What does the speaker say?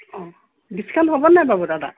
অঁ ডিছকাউণ্ট হ'ব নাই বাৰু দাদা